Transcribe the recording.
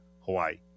Hawaii